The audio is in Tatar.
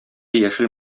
яшел